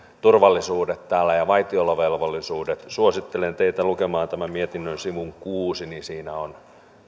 turvallisuudet ja vaitiolovelvollisuudet suosittelen teitä lukemaan tämän mietinnön sivun kuudentena siinä on